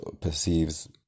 perceives